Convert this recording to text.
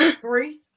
Three